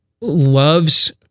loves